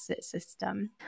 system